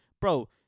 bro